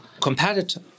competitor